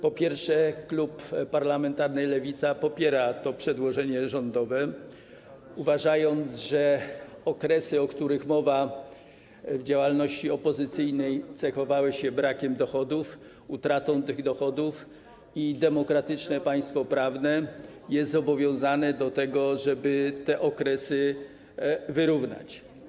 Po pierwsze, klub parlamentarny Lewica popiera to przedłożenie rządowe, uważając, że okresy działalności opozycyjnej, o których mowa, cechowały się brakiem dochodów, utratą tych dochodów i demokratyczne państwo prawne jest zobowiązane do tego, żeby te okresy wyrównać.